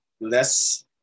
less